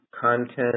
content